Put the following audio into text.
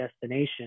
destination